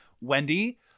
Wendy